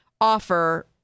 offer